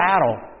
battle